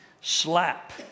Slap